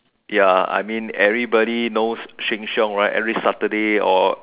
ya I mean everybody knows Sheng-Siong right every Saturday or